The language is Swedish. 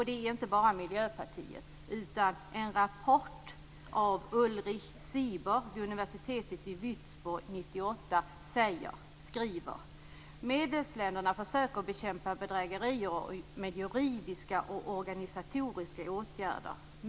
Det är inte bara Miljöpartiets åsikt, utan i en rapport från 1998 skriver Ulrich Sieber vid universitetet i Würzburg: Medlemsländerna försöker bekämpa bedrägerier med juridiska och organisatoriska åtgärder.